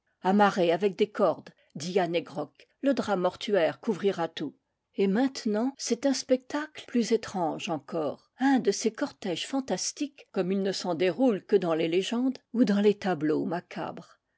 amarrez avec des cordes dit yann he grok le drap mortuaire couvrira tout et maintenant c'est un spectacle plus étrange encore un de ces cortèges fantastiques comme il ne s'en déroule que dans les légendes ou dans les tableaux macabres